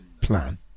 plan